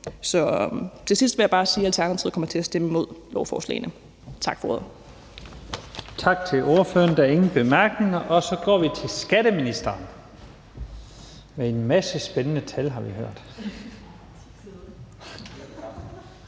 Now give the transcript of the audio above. Så til sidst vil jeg bare sige, at Alternativet kommer til at stemme imod lovforslagene. Tak for ordet. Kl. 22:42 Første næstformand (Leif Lahn Jensen): Tak til ordføreren. Der er ingen bemærkninger. Så går vi til skatteministeren med en masse spændende tal, har vi hørt.